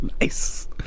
Nice